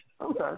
okay